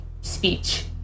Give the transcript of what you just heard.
speech